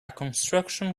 construction